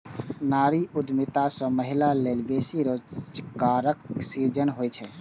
नारी उद्यमिता सं महिला लेल बेसी रोजगारक सृजन होइ छै